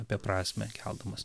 apie prasmę keldamas